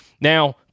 Now